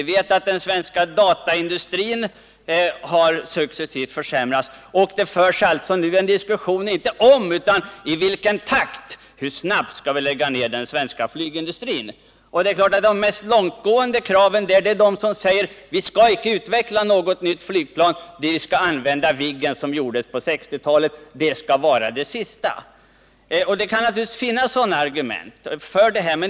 Vi vet att den svenska dataindustrin successivt har försämrats. Diskussionen förs nu inte om utan i vilken takt vi skall lägga ned den svenska — Nr 45 flygindustrin. De mest långtgående kraven innebär att vi inte skall utveckla något nytt flygplan, utan att vi in på nästa sekel skall använda Viggen som kom till på 1960-talet. Viggen skulle alltså bli det sista svenskutvecklade flygplanet.